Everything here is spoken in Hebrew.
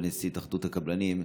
שהוא נשיא התאחדות הקבלנים.